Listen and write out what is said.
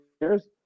years